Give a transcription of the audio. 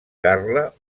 carla